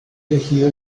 elegido